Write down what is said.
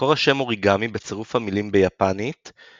מקור השם "אוריגמי" בצירוף המילים ביפנית 折り ו-紙.